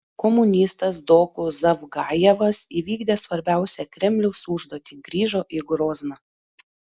komunistas doku zavgajevas įvykdė svarbiausią kremliaus užduotį grįžo į grozną